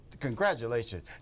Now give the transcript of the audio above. Congratulations